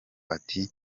ati